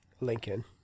Lincoln